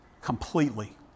completely